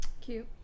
Cute